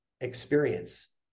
experience